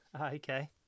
Okay